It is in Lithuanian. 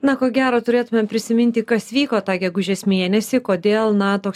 na ko gero turėtumėm prisiminti kas vyko tą gegužės mėnesį kodėl na toks